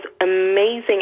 amazing